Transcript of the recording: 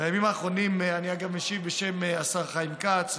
אני משיב בשם השר חיים כץ.